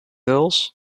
mostly